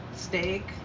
Steak